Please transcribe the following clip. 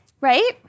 Right